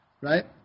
right